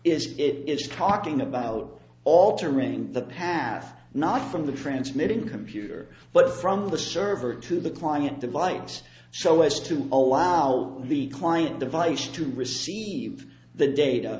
is it is talking about altering the path not from the transmitting computer but from the server to the client device so as to allow the client device to receive the data